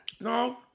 No